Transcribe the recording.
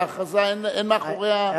וההכרזה אין מאחוריה,